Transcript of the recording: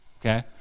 okay